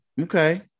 Okay